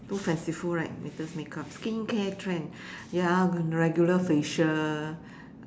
too fanciful right latest makeup skincare trend ya regular facial